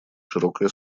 широкое